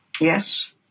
yes